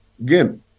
again